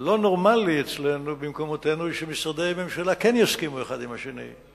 לא נורמלי במקומותינו שמשרדי ממשלה כן יסכימו אחד עם השני.